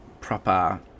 proper